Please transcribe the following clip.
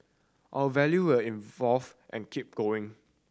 our value will evolve and keep going